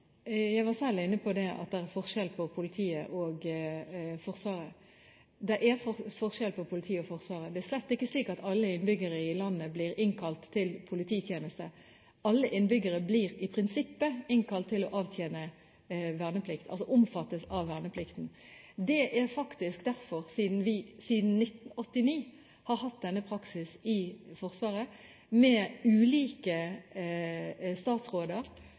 Jeg var selv inne på at det er forskjell på Politiet og Forsvaret. Det er forskjell på Politiet og Forsvaret. Det er slett ikke slik at alle innbyggerne i landet blir innkalt til polititjeneste, men alle innbyggerne blir i prinsippet innkalt til å avtjene verneplikt – de omfattes alle av verneplikten. Det er faktisk derfor vi siden 1989 har hatt denne praksisen i Forsvaret, med ulike statsråder